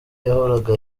yahoraga